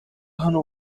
hano